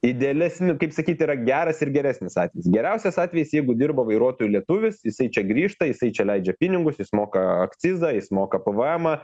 idealesniu kaip sakyt yra geras ir geresnis atvejis geriausias atvejis jeigu dirba vairuotoju lietuvis jisai čia grįžta jisai čia leidžia pinigus jis moka akcizą jis moka pvmą